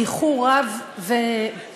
באיחור רב וחמור,